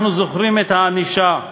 אנחנו זוכרים את הענישה,